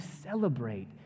celebrate